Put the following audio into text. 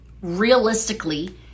realistically